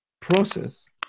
process